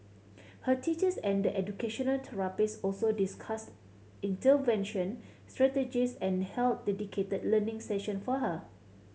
her teachers and the educational therapists also discussed intervention strategies and held dedicated learning session for her